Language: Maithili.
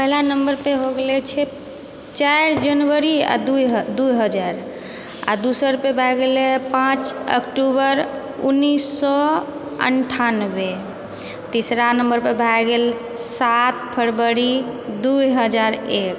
पहिला नम्बरपर भऽ गेलै चारि जनवरी आओर दू हजार आओर दोसरपर भऽ गेलै पाँच अक्टूबर उनैस सओ अनठानवे तीसरा नम्बरपर भऽ गेल सात फरवरी दू हजार एक